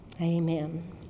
amen